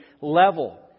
level